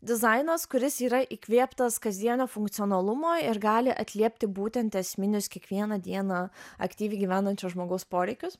dizainas kuris yra įkvėptas kasdienio funkcionalumo ir gali atliepti būtent esminius kiekvieną dieną aktyviai gyvenančio žmogaus poreikius